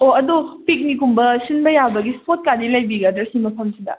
ꯑꯣ ꯑꯗꯨ ꯄꯤꯛꯅꯤꯛꯀꯨꯝꯕ ꯁꯤꯟꯕ ꯌꯥꯕꯒꯤ ꯏꯁꯄꯣꯠ ꯀꯥꯏꯗꯤ ꯂꯩꯕꯤꯒꯗ꯭ꯔꯥ ꯁꯤ ꯃꯐꯝꯗ ꯁꯤꯗ